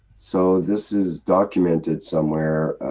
so this is documented somewhere,